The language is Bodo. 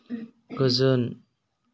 गोजोन